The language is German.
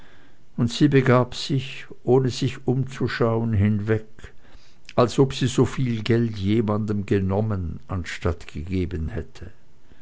und sie begab sich ohne sich umzuschauen hinweg als ob sie soviel geld jemandem genommen anstatt gegeben hätte